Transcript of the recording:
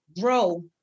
grow